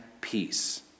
peace